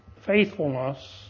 faithfulness